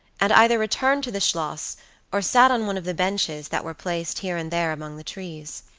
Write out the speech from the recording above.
and either returned to the schloss or sat on one of the benches that were placed, here and there, among the trees.